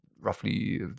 roughly